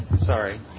Sorry